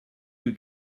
que